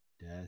Death